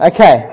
Okay